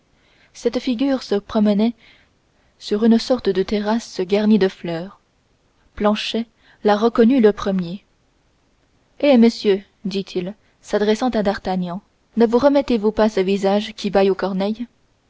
cette figure se promenait sur une sorte de terrasse garnie de fleurs planchet la reconnut le premier eh monsieur dit-il s'adressant à d'artagnan ne vous remettez-vous pas ce visage qui baye aux corneilles